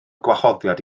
gwahoddiad